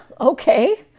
okay